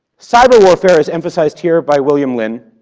cyber warfare, as emphasized here by william lynn,